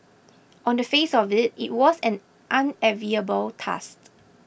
on the face of it it was an unenviable task